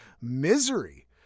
misery